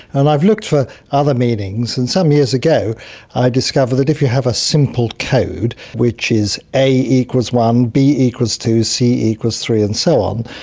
and i've looked for other meanings and some years ago i discovered that if you have a simple code which is a equal one, b equal two, c equal three and so on,